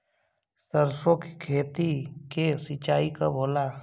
सरसों की खेती के सिंचाई कब होला?